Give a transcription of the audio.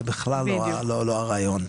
זה בכלל לא הרעיון.